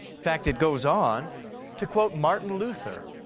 fact it goes on to quote martin luther.